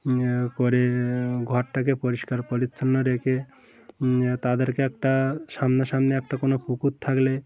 করে ঘরটাকে পরিষ্কার পরিচ্ছন্ন রেখে তাদেরকে একটা সামনাসামনি একটা কোনো পুকুর থাকলে